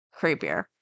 creepier